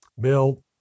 Bill